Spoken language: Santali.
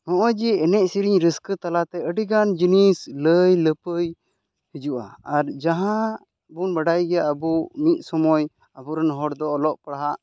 ᱱᱚᱜᱼᱚᱸᱭ ᱡᱮ ᱮᱱᱮᱡ ᱥᱮᱨᱮᱧ ᱨᱟᱹᱥᱠᱟᱹ ᱛᱟᱞᱟᱛᱮ ᱟᱹᱰᱤ ᱜᱟᱱ ᱡᱤᱱᱤᱥ ᱞᱟᱹᱭ ᱞᱟᱹᱯᱟᱹᱭ ᱦᱤᱡᱩᱜᱼᱟ ᱟᱨ ᱡᱟᱦᱟᱸ ᱵᱚᱱ ᱵᱟᱰᱟᱭ ᱜᱮᱭᱟ ᱟᱵᱚ ᱢᱤᱫ ᱥᱳᱢᱚᱭ ᱟᱵᱚᱨᱮᱱ ᱦᱚᱲ ᱫᱚ ᱚᱞᱚᱜ ᱯᱟᱲᱦᱟᱜ